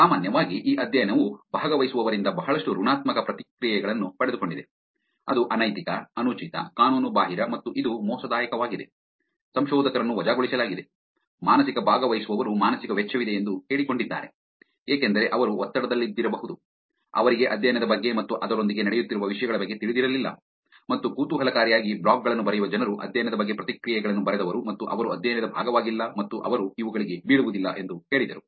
ಸಾಮಾನ್ಯವಾಗಿ ಈ ಅಧ್ಯಯನವು ಭಾಗವಹಿಸುವವರಿಂದ ಬಹಳಷ್ಟು ಋಣಾತ್ಮಕ ಪ್ರತಿಕ್ರಿಯೆಗಳನ್ನು ಪಡೆದುಕೊಂಡಿದೆ ಅದು ಅನೈತಿಕ ಅನುಚಿತ ಕಾನೂನುಬಾಹಿರ ಮತ್ತು ಇದು ಮೋಸದಾಯಕವಾಗಿದೆ ಸಂಶೋಧಕರನ್ನು ವಜಾಗೊಳಿಸಲಾಗಿದೆ ಮಾನಸಿಕ ಭಾಗವಹಿಸುವವರು ಮಾನಸಿಕ ವೆಚ್ಚವಿದೆ ಎಂದು ಹೇಳಿಕೊಂಡಿದ್ದಾರೆ ಏಕೆಂದರೆ ಅವರು ಒತ್ತಡದಲ್ಲಿದ್ದಿರಬಹುದು ಅವರಿಗೆ ಅಧ್ಯಯನದ ಬಗ್ಗೆ ಮತ್ತು ಅದರೊಂದಿಗೆ ನಡೆಯುತ್ತಿರುವ ವಿಷಯಗಳ ಬಗ್ಗೆ ತಿಳಿದಿರಲಿಲ್ಲ ಮತ್ತು ಕುತೂಹಲಕಾರಿಯಾಗಿ ಬ್ಲಾಗ್ ಗಳನ್ನು ಬರೆಯುವ ಜನರು ಅಧ್ಯಯನದ ಬಗ್ಗೆ ಪ್ರತಿಕ್ರಿಯೆಗಳನ್ನು ಬರೆದವರು ಮತ್ತು ಅವರು ಅಧ್ಯಯನದ ಭಾಗವಾಗಿಲ್ಲ ಮತ್ತು ಅವರು ಇವುಗಳಿಗೆ ಬೀಳುವುದಿಲ್ಲ ಎಂದು ಹೇಳಿದರು